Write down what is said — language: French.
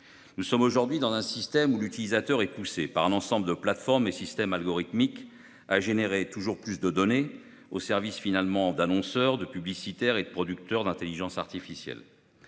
Nous sommes aujourd'hui dans un système où l'utilisateur est poussé par un ensemble de plateformes et de systèmes algorithmiques à générer toujours plus de données, au service finalement d'annonceurs, de publicitaires et de producteurs d'intelligence artificielle.